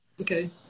okay